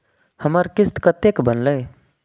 हमर किस्त कतैक बनले?